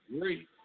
great